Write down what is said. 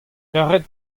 karet